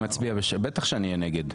בטח שאני אהיה נגד.